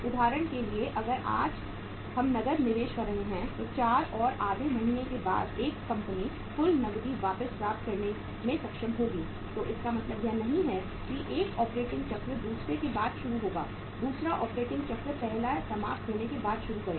उदाहरण के लिए नकदअगर हम आज नकद निवेश कर रहे हैं तो 4 और आधे महीने के बाद यह कंपनी कुल नकदी वापस प्राप्त करने में सक्षम होगी तो इसका मतलब यह नहीं है कि एक ऑपरेटिंग चक्र दूसरे के बाद शुरू होगा दूसरा ऑपरेटिंग चक्र पहले समाप्त होने के बाद शुरू करें